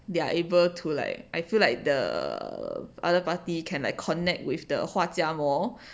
they're able to like I feel like the other party can like connect with the 画家 more